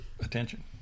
attention